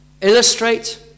illustrate